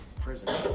prison